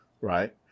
right